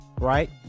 right